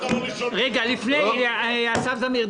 אסף זמיר.